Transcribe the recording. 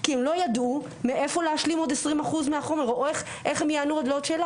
כי הם לא ידעו מאיפה להשלים עוד 20% - איך הם יענו לעוד שאלה?